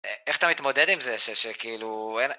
איך אתה מתמודד עם זה שכאילו אין